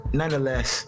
nonetheless